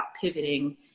pivoting